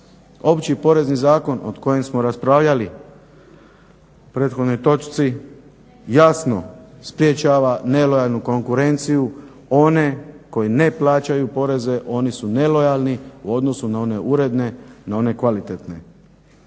Opći porezni zakon od kojem smo raspravljali u prethodnoj točci jasno sprječava nelojalnu konkurenciju, one koji ne plaćaju poreze, oni su nelojalni u odnosu na one uredne, na one kvalitetne.